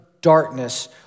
darkness